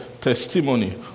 testimony